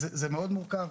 זה מאוד מורכב,